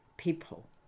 people